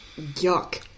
yuck